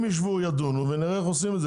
הם ישבו וידונו ונראה איך עושים את זה